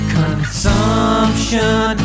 consumption